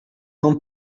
temps